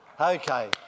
Okay